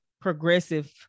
progressive